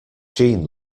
jeanne